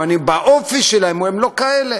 באופי שלהם הם לא כאלה.